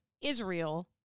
Israel